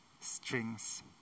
Strings